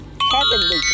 heavenly